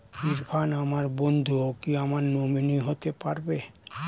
ইরফান আমার বন্ধু ও কি আমার নমিনি হতে পারবে?